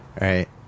right